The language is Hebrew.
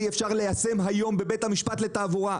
אפשר ליישם היום בבית המשפט לתעבורה.